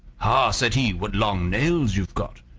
said he what long nails you've got!